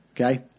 Okay